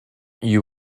you